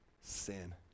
Sin